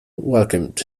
welcomed